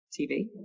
TV